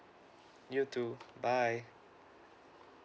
you too bye